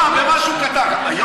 פעם במשהו קטן.